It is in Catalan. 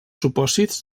supòsits